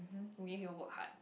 me here work hard